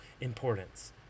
importance